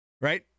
Right